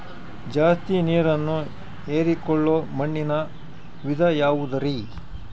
ಜಾಸ್ತಿ ನೇರನ್ನ ಹೇರಿಕೊಳ್ಳೊ ಮಣ್ಣಿನ ವಿಧ ಯಾವುದುರಿ?